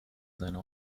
seine